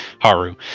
Haru